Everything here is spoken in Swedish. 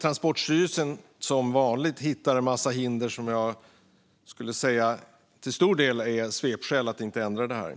Transportstyrelsen hittar som vanligt en massa hinder, som jag skulle säga till stor del är svepskäl för att inte ändra detta.